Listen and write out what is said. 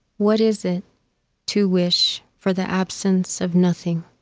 what is it to wish for the absence of nothing?